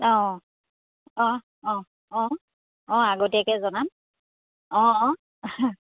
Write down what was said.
অঁ অঁ অঁ অঁ অঁ আগতীয়াকৈ জনাম অঁ